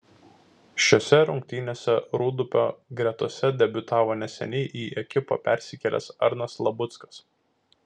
šiose rungtynėse rūdupio gretose debiutavo neseniai į ekipą persikėlęs arnas labuckas